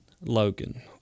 Logan